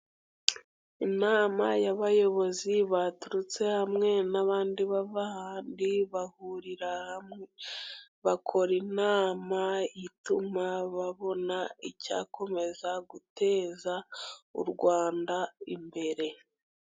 Inama y'abayobozi baturutse hamwe, n'abandi bahurira hamwe bakora inama ituma babona icyakomeza guteza u Rwanda imbere.